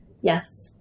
Yes